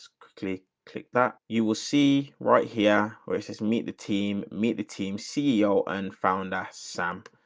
click click that you will see right here, where it says, meet the team, meet the team ceo and found us sample.